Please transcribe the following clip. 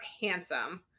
Handsome